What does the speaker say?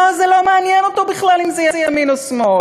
לא, זה לא מעניין אותו בכלל אם זה ימין או שמאל.